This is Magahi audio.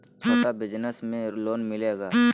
छोटा बिजनस में लोन मिलेगा?